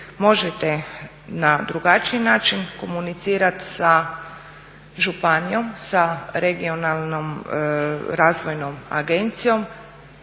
možete na drugačiji način komunicirat sa županijom, sa Regionalnom razvojnom agencijom